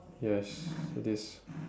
yes this